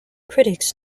critics